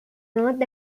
north